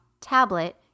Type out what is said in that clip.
tablet